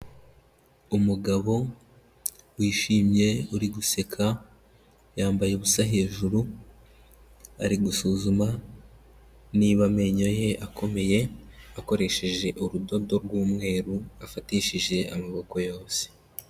Umugabo wishimye uri guseka, yambaye ubusa hejuru, ari gusuzuma niba amenyo ye akomeye akoresheje urudodo rw'umweru afatishije amaboko yose.